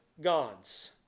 gods